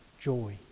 joy